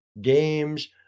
games